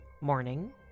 morning